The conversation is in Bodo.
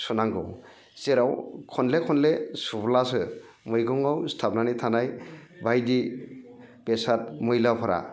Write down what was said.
सुनांगौ जेराव खनले खनले सुब्लासो मैगङाव सिथाबनानै थानाय बायदि बेसाद मैलाफ्रा